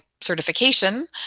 certification